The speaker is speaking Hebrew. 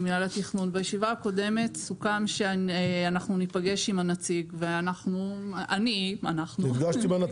בישיבה הקודמת סוכם שאנחנו ניפגש עם הנציג ואני נפגשתי.